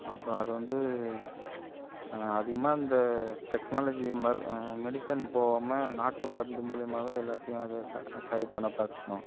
அப்புறம் அதை வந்து அதிகமாக இந்த டெக்னாலஜி ம மெடிசன் போகாம நாட்டு மருந்து மூலயமாவே எல்லாத்தையும் அதை ச சரி பண்ண பார்க்கணும்